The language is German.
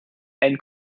ein